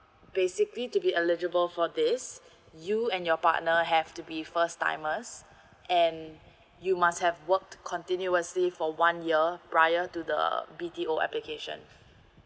basically to be eligible for this you and your partner have to be first timers and you must have worked continuously for one year prior to the B_T_O application